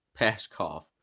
Pashkov